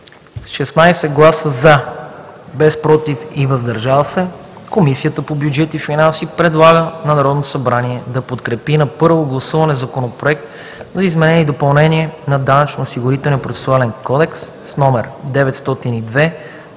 С 16 гласа „за“, без „против“ и „въздържал се“ Комисията по бюджет и финанси предлага на Народното събрание да подкрепи на първо гласуване Законопроект за изменение и допълнение на Данъчно-осигурителния процесуален кодекс, № 902-01-62,